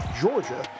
Georgia